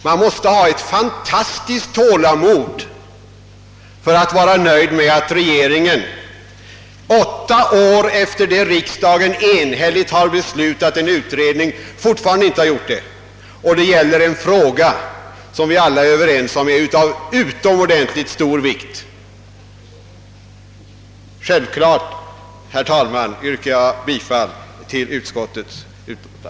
Man måste ha ett fantastiskt tålamod för att vara nöjd med att regeringen, åtta år efter det att riksdagen enhälligt har begärt en utredning, ännu inte tillsatt utredningen. Och det gäller ändå en fråga om vars utomordentligt stora vikt vi alla är överens. Självfallet yrkar jag, herr talman, bifall till utskottets hemställan.